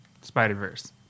spider-verse